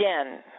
again